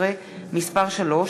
13) (מס' 3)